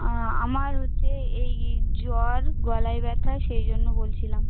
আ আমার হচ্ছে এই জ্বর গলায় ব্যাথা সেই জন্য বলছিলাম